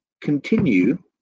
continue